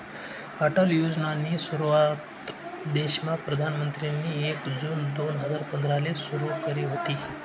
अटल योजनानी सुरुवात देशमा प्रधानमंत्रीनी एक जून दोन हजार पंधराले सुरु करी व्हती